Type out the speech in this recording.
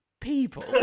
people